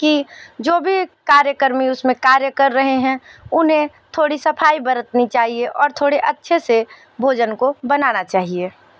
कि जो भी कार्यकर्मी उसमें कार्य कर रहें हैं उन्हें थोड़ी सफाई बरतनी चाहिए और थोड़े अच्छे से भोजन को बनाना चाहिए